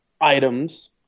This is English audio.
items